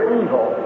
evil